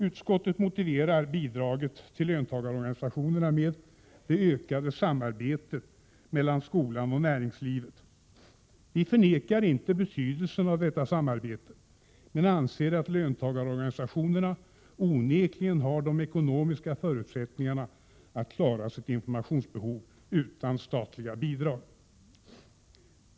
Utskottet motiverar bidraget till löntagarorganisationerna med det ökade samarbetet mellan skola och näringsliv. Vi förnekar inte betydelsen av detta samarbete men anser att löntagarorganisationerna onekligen har de ekonomiska förutsättningarna att klara sitt informationsbehov utan statliga bidrag.